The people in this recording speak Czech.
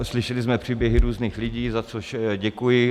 Slyšeli jsme příběhy různých lidí, za což děkuji.